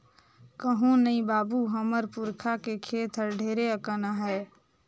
कुहू नइ बाबू, हमर पुरखा के खेत हर ढेरे अकन आहे